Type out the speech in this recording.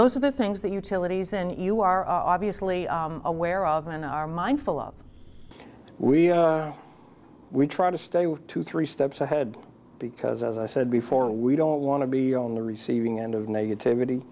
those are the things that utilities and you are obviously aware of and are mindful of we we try to stay with two three steps ahead because as i said before we don't want to be on the receiving end of negativity